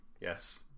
yes